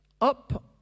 up